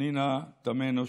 פנינה תמנו שטה,